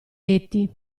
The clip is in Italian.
letti